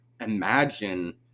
imagine